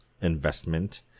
investment